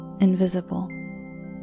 invisible